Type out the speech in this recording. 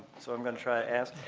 so i'm going to try to answer.